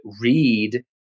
read